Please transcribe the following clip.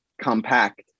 compact